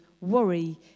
worry